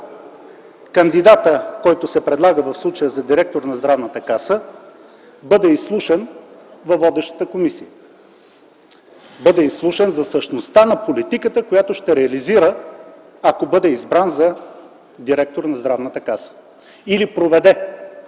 кандидатът, който се предлага, в случая за директор на Здравната каса, бъде изслушан във водещата комисия, бъде изслушан за същността на политиката, която ще реализира, ако бъде избран за директор на Здравната каса, или проведе